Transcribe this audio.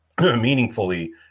meaningfully